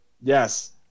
Yes